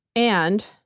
and,